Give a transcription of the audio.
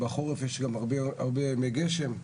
בחורף יש גם הרבה ימי גשם,